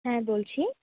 হ্যাঁ বলছি